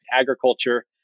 agriculture